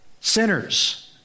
sinners